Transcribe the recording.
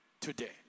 today